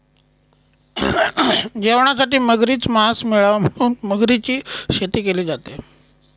जेवणासाठी मगरीच मास मिळाव म्हणून मगरीची शेती केली जाते